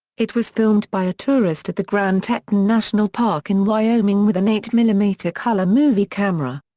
it was filmed by a tourist at the grand teton national park in wyoming with an eight millimeter color movie camera.